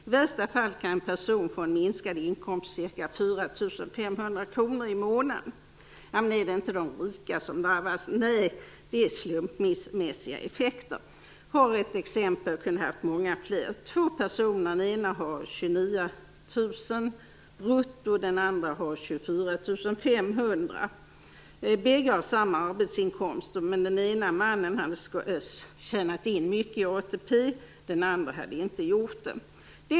I värsta fall kan en person få en minskad inkomst på ca 4 500 kr i månaden. Men är det inte de rika som drabbas? Nej, effekterna är slumpmässiga. Jag har ett exempel, och jag hade kunnat haft många fler. Vi har två personer, den ena har 29 000 kr i bruttolön, den andra 24 500 kr. Bägge har samma arbetsinkomster, men den ene mannen hade tjänat in mycket ATP, den andre hade inte gjort det.